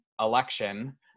election